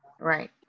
Right